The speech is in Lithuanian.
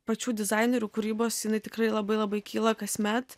pačių dizainerių kūrybos jinai tikrai labai labai kyla kasmet